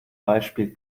beispiel